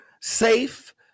safe